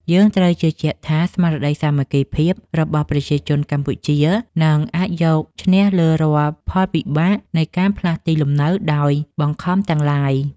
យើងត្រូវជឿជាក់ថាស្មារតីសាមគ្គីភាពរបស់ប្រជាជនកម្ពុជានឹងអាចយកឈ្នះលើរាល់ផលវិបាកនៃការផ្លាស់ទីលំនៅដោយបង្ខំទាំងឡាយ។